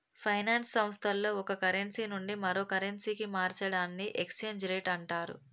finance సంస్థల్లో ఒక currency నుండి మరో కరెన్సీకి మార్చడాన్ని ఎక్స్చేంజ్ రేట్ అంటరు